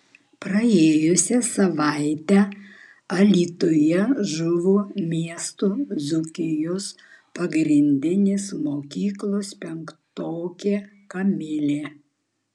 praėjusią savaitę alytuje žuvo miesto dzūkijos pagrindinės mokyklos penktokė kamilė